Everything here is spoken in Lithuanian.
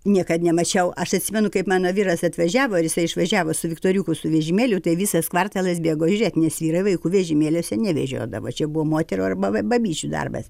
niekad nemačiau aš atsimenu kaip mano vyras atvažiavo ir jisai išvažiavo su viktoriuku su vežimėliu tai visas kvartalas bėgo žiūrėt nes vyrai vaikų vežimėliuose nevežiodavo čia buvo moterų arba va mamyčių darbas